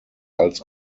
als